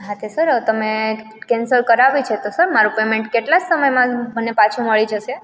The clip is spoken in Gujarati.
હા તે સર તમે કેન્સલ કરાવી છે તો સર મારું પેમેન્ટ કેટલા સમયમાં મને પાછું મળી જશે